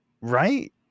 right